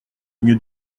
mieux